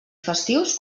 festius